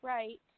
Right